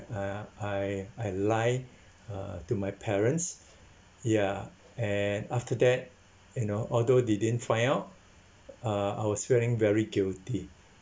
I I I lie uh to my parents ya and after that you know although they didn't find out uh I was feeling very guilty